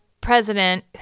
president